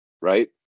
right